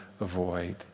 avoid